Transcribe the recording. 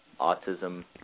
Autism